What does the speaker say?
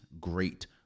great